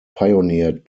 pioneered